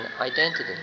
identity